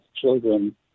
children